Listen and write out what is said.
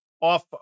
off